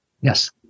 yes